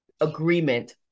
agreement